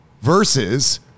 versus